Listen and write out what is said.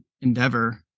endeavor